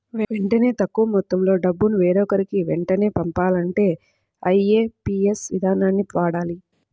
వెంటనే తక్కువ మొత్తంలో డబ్బును వేరొకరికి వెంటనే పంపాలంటే ఐఎమ్పీఎస్ ఇదానాన్ని వాడాలి